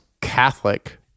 catholic